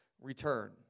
return